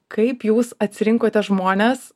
kaip jūs atsirinkote žmones